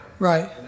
Right